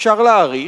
אפשר להאריך,